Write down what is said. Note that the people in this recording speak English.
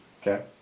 Okay